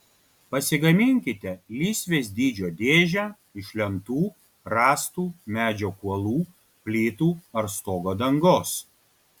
pasigaminkite lysvės dydžio dėžę iš lentų rąstų medžio kuolų plytų ar stogo dangos